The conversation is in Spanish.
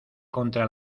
contra